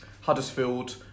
Huddersfield